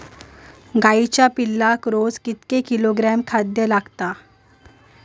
गाईच्या पिल्लाक रोज कितके किलोग्रॅम खाद्य लागता?